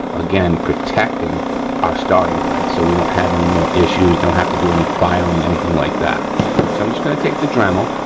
again, protecting our starting thread so we don't have any more issues, don't have to do any filing, anything like that. so i'm just gonna take the dremel,